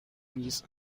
peace